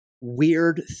weird